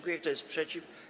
Kto jest przeciw?